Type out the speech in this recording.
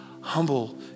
humble